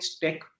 tech